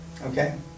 Okay